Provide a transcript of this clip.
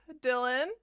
dylan